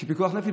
של פיקוח נפש,